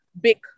big